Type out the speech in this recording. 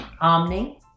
Omni